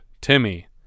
Timmy